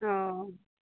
ओ